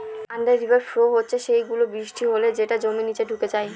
under river flow হচ্ছে সেই গুলো, বৃষ্টি হলে যেটা জমির নিচে ঢুকে যায়